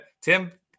Tim